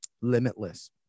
limitless